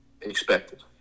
Expected